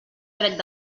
dret